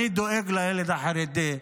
אני דואג לילד החרדי,